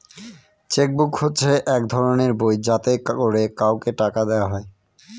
check book হচ্ছে এক ধরনের বই যাতে করে কাউকে টাকা দেওয়া হয়